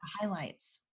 highlights